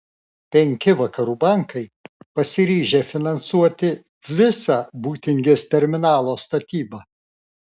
penki vakarų bankai pasiryžę finansuoti visą būtingės terminalo statybą